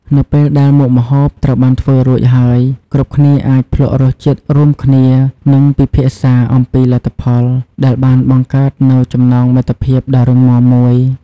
នៅពេលដែលមុខម្ហូបត្រូវបានធ្វើរួចហើយ គ្រប់គ្នាអាច ភ្លក្សរសជាតិរួមគ្នា និងពិភាក្សាអំពីលទ្ធផល ដែលបានបង្កើតនូវចំណងមិត្តភាពដ៏រឹងមាំមួយ។